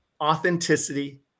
authenticity